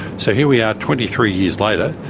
so here we are, twenty three years later,